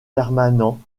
permanent